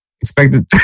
expected